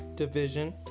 division